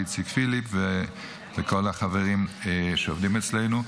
לאיציק פיליפ וכל החברים שעובדים אצלנו,